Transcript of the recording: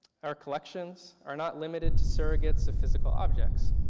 our collection are not limited to surrogates to physical objects.